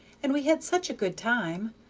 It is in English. and we had such a good time.